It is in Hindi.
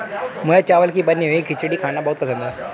मुझे चावल की बनी हुई खिचड़ी खाना बहुत पसंद है